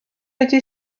ydy